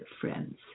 friends